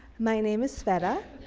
my name is sveta.